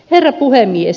herra puhemies